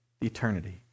eternity